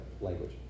language